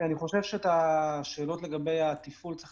אני חושב שאת השאלות לגבי התפעול צריך